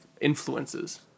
influences